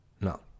No